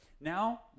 Now